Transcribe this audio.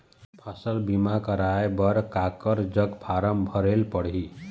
फसल बीमा कराए बर काकर जग फारम भरेले पड़ही?